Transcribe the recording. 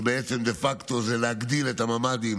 שבעצם דה פקטו זה להגדיל את הממ"דים